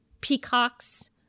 peacocks